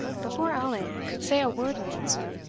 before allan could say a word in answer,